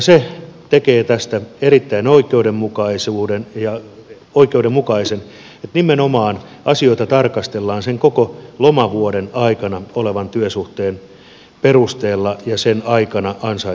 se tekee tästä erittäin oikeudenmukaisen että nimenomaan asioita tarkastellaan sen koko lomavuoden aikana olevan työsuhteen perusteella ja sen aikana ansaitulla rahalla